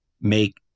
make